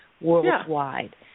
worldwide